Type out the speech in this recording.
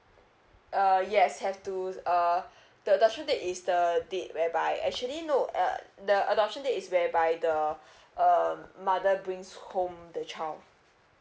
uh yes have to uh the adoption date is the date whereby actually no uh the adoption date is whereby the uh mother brings home the child